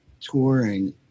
touring